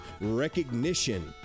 recognition